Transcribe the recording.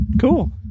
Cool